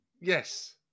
yes